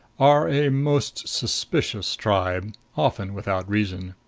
are a most suspicious tribe often without reason.